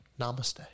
Namaste